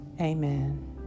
Amen